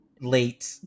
late